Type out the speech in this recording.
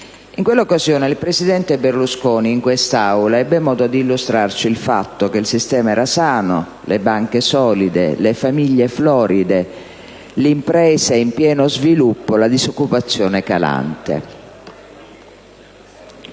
In quella occasione il presidente Berlusconi in quest'Aula ebbe modo di illustrarci il fatto che il sistema era sano, le banche solide, le famiglie floride, le imprese in pieno sviluppo, la disoccupazione calante.